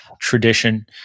tradition